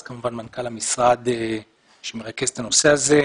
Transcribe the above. כמובן מנכ"ל המשרד שמרכז את הנושא הזה,